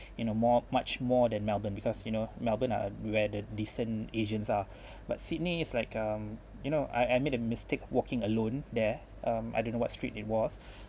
in a more much more than melbourne because you know melbourne ah where the decent asians are but sydney is like um you know I I made the mistake of walking alone there um I don't know what street it was